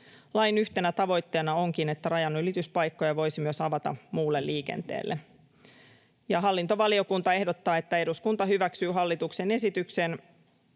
Lain yhtenä tavoitteena onkin, että rajanylityspaikkoja voisi myös avata muulle liikenteelle. Hallintovaliokunta ehdottaa, että eduskunta hyväksyy hallituksen esitykseen